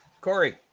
Corey